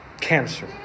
Cancer